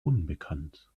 unbekannt